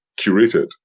curated